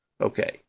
Okay